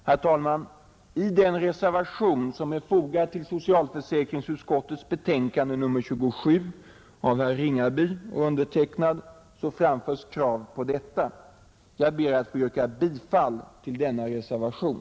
Herr talman! I den reservation av herr Ringaby och mig som här fogats till socialförsäkringsutskottets betänkande nr 27 framförs krav på detta. Jag ber att få yrka bifall till denna reservation.